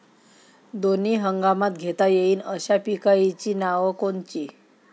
दोनी हंगामात घेता येईन अशा पिकाइची नावं कोनची?